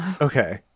okay